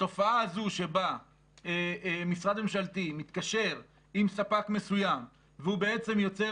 התופעה הזו שבה משרד ממשלתי מתקשר עם ספק מסוים והוא בעצם יוצר